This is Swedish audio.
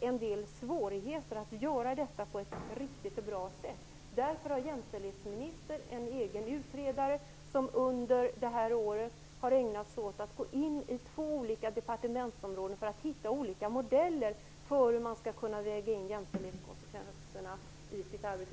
en del svårigheter när det gäller att göra detta på ett riktigt och bra sätt. Därför har jämställdhetsministern en egen utredare som under det här året har ägnat sig åt att gå in på två olika departementsområden för att hitta olika modeller för hur man skall kunna väga in jämställdhetskonsekvenserna i sitt arbete.